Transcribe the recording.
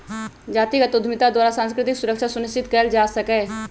जातिगत उद्यमिता द्वारा सांस्कृतिक सुरक्षा सुनिश्चित कएल जा सकैय